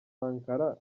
sankara